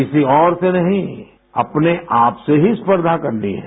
किसी और से नहीं अपने आप से ही स्पर्धा करनी है